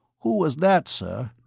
who was that, sir?